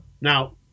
Now